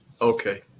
okay